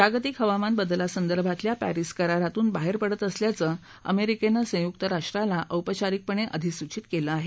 जागतिक हवामान बदलासंदर्भातल्या पॅरिस करारातून बाहेर पडत असल्याचं अमेरिकेनं संयुक्त राष्ट्राला औपचारिकपणे अधिसूचित केलं आहे